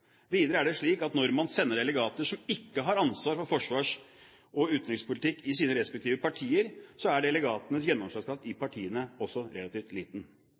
Videre er det slik at når man sender delegater som ikke har ansvar for forsvars- og utenrikspolitikk i sine respektive partier, er delegatenes gjennomslagskraft i partiene også relativt liten.